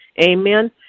Amen